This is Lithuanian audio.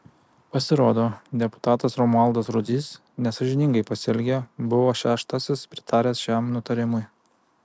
pasirodo deputatas romualdas rudzys nesąžiningai pasielgė buvo šeštasis pritaręs šiam nutarimui